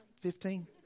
Fifteen